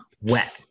wet